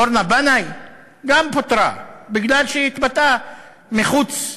אורנה בנאי גם פוטרה מפני שהיא התבטאה מחוץ לקופסה,